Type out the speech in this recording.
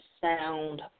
sound